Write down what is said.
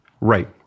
Right